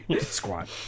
Squat